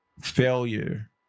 Failure